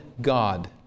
God